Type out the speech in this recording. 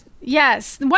Yes